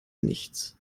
nichts